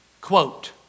Quote